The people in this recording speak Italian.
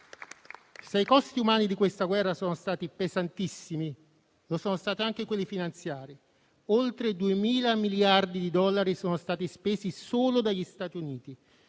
Se i costi umani di questa guerra sono stati pesantissimi, lo sono stati anche quelli finanziari: oltre 2.000 miliardi di dollari sono stati spesi solo dagli Stati Uniti,